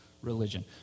religion